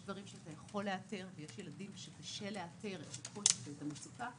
יש דברים שאתה יכול לאתר ויש ילדים שקשה לאתר את הקושי ואת המצוקה שלהם,